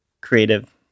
creative